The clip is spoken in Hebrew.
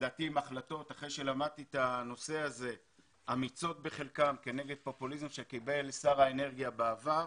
לדעתי עם החלטות אמיצות כנגד פופוליזם שקיבל שר האנרגיה בעבר,